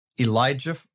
Elijah